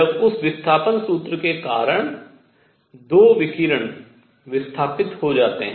जब उस विस्थापन सूत्र के कारण दो विकिरण विस्थापित हो जाते हैं